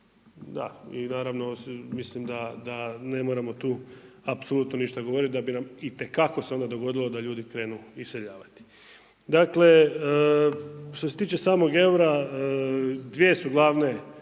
da i naravno mislim da ne moramo tu apsolutno ništa govoriti, da bi nam itekako se onda dogodilo da ljudi krenu iseljavati. Dakle što se tiče samog eura, dvije su glavne,